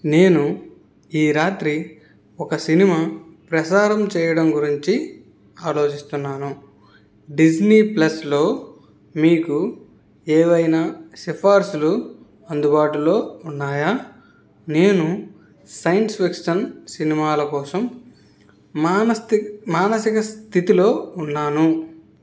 నేను ఈ రాత్రి ఒక సినిమా ప్రసారం చేయడం గురించి ఆలోచిస్తున్నాను డిస్నీ ప్లస్లో మీకు ఏవైనా సిఫార్సులు అందుబాటులో ఉన్నాయా నేను సైన్స్ ఫిక్షన్ సినిమాల కోసం మానస్థిక్ మానసిక స్థితిలో ఉన్నాను